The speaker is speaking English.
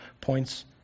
points